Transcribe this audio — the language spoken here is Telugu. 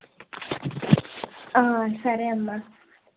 సరే అమ్మ